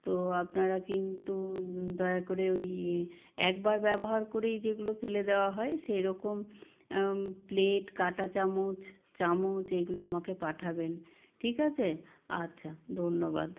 তো আপনারা কিন্তু দয়া করে ওই একবার ব্যবহার করেই যেগুলো ফেলে দেওয়া হয় সেই রকম প্লেট কাটা চামচ চামচ এইগুলো আমাকে পাঠাবেন ঠিক আছে আচ্ছা ধন্যবাদ